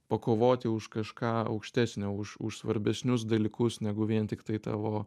pakovoti už kažką aukštesnio už už svarbesnius dalykus negu vien tiktai tavo